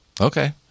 Okay